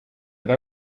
they